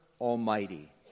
Almighty